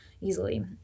easily